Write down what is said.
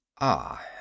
Ah